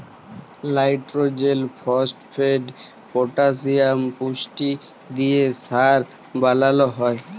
লাইট্রজেল, phosphate, potassium পুষ্টি দিঁয়ে সার বালাল হ্যয়